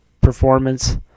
performance